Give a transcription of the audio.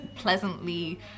pleasantly